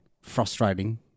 frustrating